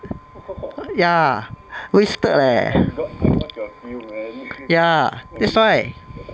ya wasted leh ya that's why